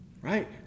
right